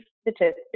statistics